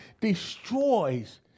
destroys